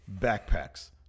backpacks